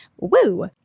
Woo